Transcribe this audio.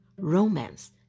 romance